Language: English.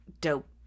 dope